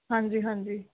ਹਾਂਜੀ ਹਾਂਜੀ